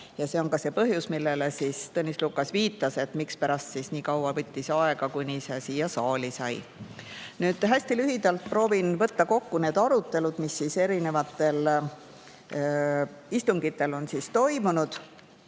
See on ka see põhjus, millele Tõnis Lukas viitas, mispärast see nii kaua aega võttis, kuni see siia saali sai. Nüüd, hästi lühidalt proovin võtta kokku need arutelud, mis erinevatel istungitel on toimunud.